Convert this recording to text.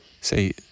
say